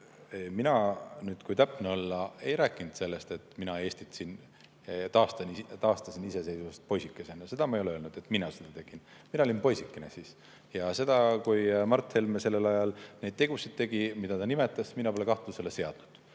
kui nüüd täpne olla, ei rääkinud sellest, et Eestis mina taastasin iseseisvust poisikesena. Seda ma ei ole öelnud, et mina seda tegin. Mina olin poisikene siis. Ja seda, et Mart Helme sellel ajal tegi neid tegusid, mida ta nimetas, mina pole kahtluse alla seadnud.